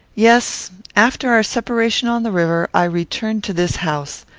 yes. after our separation on the river, i returned to this house.